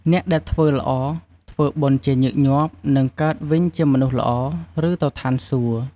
អ្នកដែលធ្វើល្អធ្វើបុណ្យជាញឹកញាប់ នឹងកើតវិញជាមនុស្សល្អ ឬទៅឋានសួគ៍។